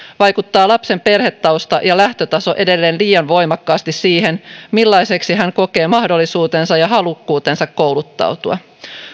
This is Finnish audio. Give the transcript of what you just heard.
vaikuttaa lapsen perhetausta ja lähtötaso edelleen liian voimakkaasti siihen millaiseksi hän kokee mahdollisuutensa ja halukkuutensa kouluttautua